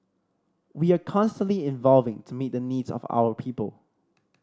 we are constantly evolving to meet the needs of our people